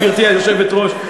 גברתי היושבת-ראש,